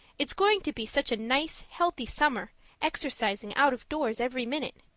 it's going to be such a nice, healthy summer exercising out of doors every minute.